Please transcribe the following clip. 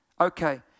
Okay